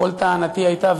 כל טענתי הייתה,